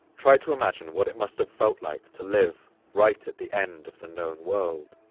try to imagine what it must have felt like to live right at the end of the known world,